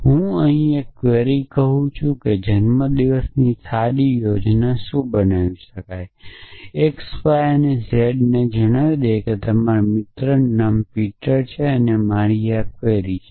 ચાલો હું અહીં ક્વેરી લખું છું કે જન્મદિવસની સારી યોજના x y z છે અને તમારા મિત્રો જેનું નામ પીટર છે તેના માટેની આ મારી ક્વેરી છે